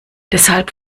deshalb